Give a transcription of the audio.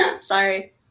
Sorry